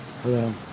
Hello